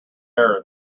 error